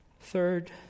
Third